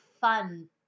fun